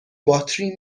باطری